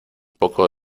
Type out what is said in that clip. poco